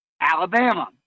Alabama